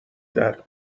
درد